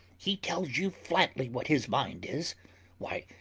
he tells you flatly what his mind is why,